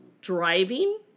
driving